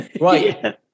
Right